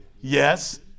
Yes